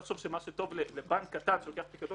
אני מפנה אותך לצו של הבנקים לסעיף 5(ב) לגבי פטור